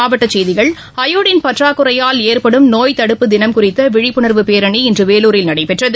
மாவட்ட செய்திகள் அயோடின் பற்றக்குறையால் ஏற்படும் நோய் தடுப்பு தினம் குறித்த விழிப்புணர்வு பேரணி இன்று வேலூரில் நடைபெற்றது